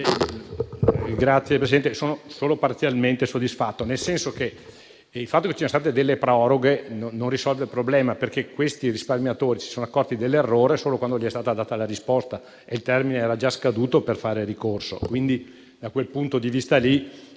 Signor Presidente, sono solo parzialmente soddisfatto della risposta, nel senso che il fatto che ci siano state delle proroghe non risolve il problema, perché questi risparmiatori si sono accorti dell'errore solo quando gli è stata data la risposta e il termine era già scaduto per fare ricorso. Dal punto di vista